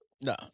No